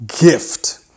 gift